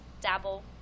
dabble